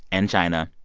and china,